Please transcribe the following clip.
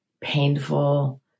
painful